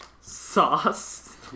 Sauce